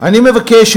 אני מבקש,